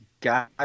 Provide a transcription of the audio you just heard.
God